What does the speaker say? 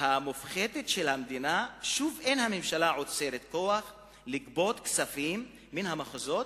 המופחתת של המדינה שוב אין הממשלה אוצרת כוח לגבות כספים מן המחוזות.